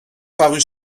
parut